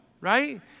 right